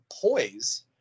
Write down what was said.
poise